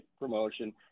promotion